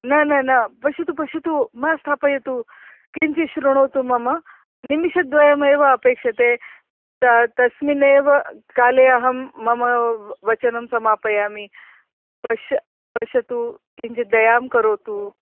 न न न पश्यतु पश्यतु मा स्थापयतु किञ्चित् श्रुणोतु मम निमेषद्वयमेव अपेक्ष्यते ता तस्मिन्नेव काले अहं मम वचनं समापयामि पश्य पश्यतु किञ्चिद् दयां करोतु